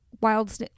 wild